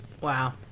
Wow